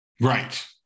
Right